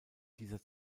dieser